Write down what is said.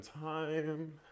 time